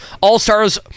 All-Stars